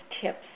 tips